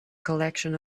collection